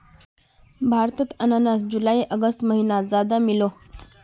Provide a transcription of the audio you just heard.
भारतोत अनानास जुलाई अगस्त महिनात ज्यादा मिलोह